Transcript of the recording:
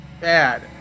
bad